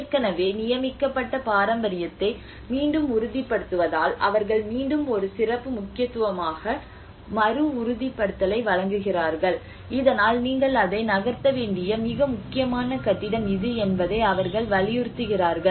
ஏற்கனவே நியமிக்கப்பட்ட பாரம்பரியத்தை மீண்டும் உறுதிப்படுத்துவதால் அவர்கள் மீண்டும் ஒரு சிறப்பு முக்கியத்துவமாக மறு உறுதிப்படுத்தலை வழங்குகிறார்கள் இதனால் நீங்கள் அதை நகர்த்த வேண்டிய மிக முக்கியமான கட்டிடம் இது என்பதை அவர்கள் வலியுறுத்துகிறார்கள்